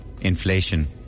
Inflation